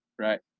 right